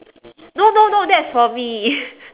no no no that's for me